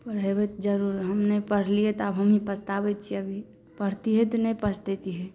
पढेबै जरूर हम नहि पढ़लियै जरूर आब हमहीं पढ़तियै तऽ नहि